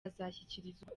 azashyikirizwa